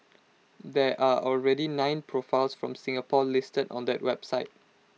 there are already nine profiles from Singapore listed on that website